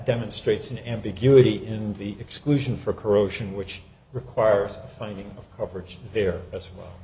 demonstrates an ambiguity in the exclusion for corrosion which requires a finding of coverage there as well